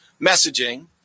messaging